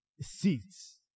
seats